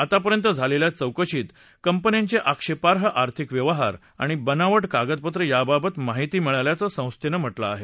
आतापर्यंत झालेल्या चौकशीत कंपन्यांचे आक्षेपार्ह आर्थिक व्यवहार आणि बनावट कागदपत्र याबाबत माहिती मिळाल्याचं संस्थेनं म्हटलं आहे